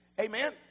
Amen